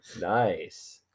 Nice